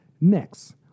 Next